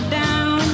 down